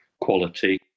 quality